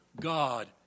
God